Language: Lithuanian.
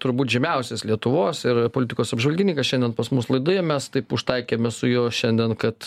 turbūt žymiausias lietuvos ir politikos apžvalgininkas šiandien pas mus laidoje mes taip užtaikėme su juo šiandien kad